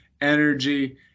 energy